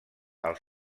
els